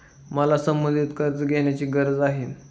मला संबंधित कर्ज घेण्याची गरज आहे